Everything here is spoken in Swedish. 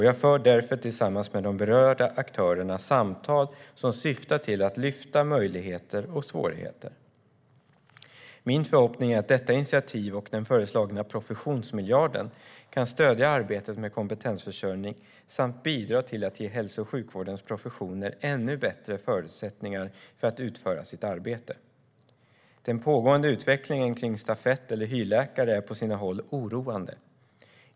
Jag för därför tillsammans med de berörda aktörerna samtal som syftar till att lyfta upp möjligheter och svårigheter. Min förhoppning är att detta initiativ och den föreslagna professionsmiljarden kan stödja arbetet med kompetensförsörjning samt bidra till att ge hälso och sjukvårdens professioner ännu bättre förutsättningar för att utföra sitt arbete. Den pågående utvecklingen med stafett eller hyrläkare är på sina håll oroande.